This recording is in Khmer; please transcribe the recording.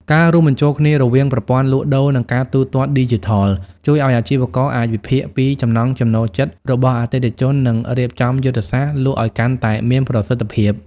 ការរួមបញ្ចូលគ្នារវាងប្រព័ន្ធលក់ដូរ និងការទូទាត់ឌីជីថល ជួយឱ្យអាជីវករអាចវិភាគពីចំណង់ចំណូលចិត្តរបស់អតិថិជន និងរៀបចំយុទ្ធសាស្ត្រលក់ឱ្យកាន់តែមានប្រសិទ្ធភាព។